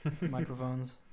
microphones